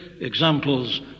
examples